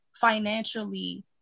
financially